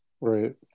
Right